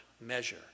measure